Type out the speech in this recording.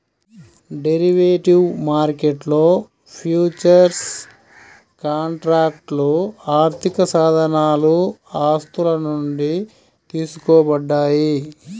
derivative మార్కెట్లో futures కాంట్రాక్ట్లు ఆర్థికసాధనాలు ఆస్తుల నుండి తీసుకోబడ్డాయి